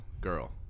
girl